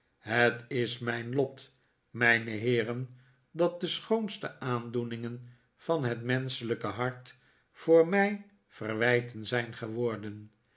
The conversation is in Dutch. het is mijn lot mijne heeren dat de schoonste aandoeningen van het menschelijke hart voor mij verwijten zijn geworden